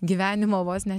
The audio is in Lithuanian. gyvenimo vos ne